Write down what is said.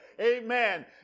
amen